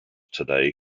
today